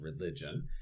religion